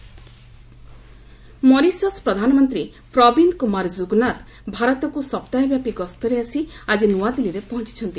Mauritius PM Mauritius ପ୍ରଧାନମନ୍ତ୍ରୀ ପ୍ରବୀନ୍ଦ୍ କୁମାର ଯୁଗନାଥ ଭାରତକୁ ସପ୍ତାହବ୍ୟାପୀ ଗସ୍ତରେ ଆସି ଆଜି ନ୍ତଆଦିଲ୍ଲୀରେ ପହଞ୍ଚଛନ୍ତି